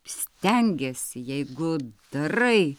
stengiesi jeigu darai